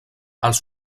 els